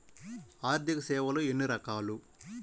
ఆర్థిక సేవలు ఎన్ని రకాలు?